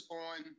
on